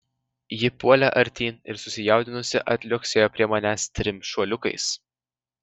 ji puolė artyn ir susijaudinusi atliuoksėjo prie manęs trim šuoliukais